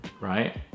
right